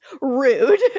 Rude